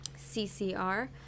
CCR